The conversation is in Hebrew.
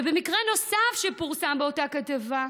ומקרה נוסף שפורסם באותה כתבה: